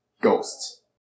Ghosts